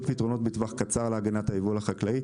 פתרונות בטווח קצר להגנת היבול החקלאי,